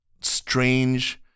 strange